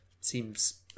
Seems